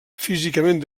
físicament